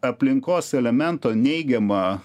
aplinkos elemento neigiamą